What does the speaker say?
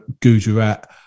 Gujarat